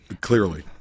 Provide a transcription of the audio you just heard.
Clearly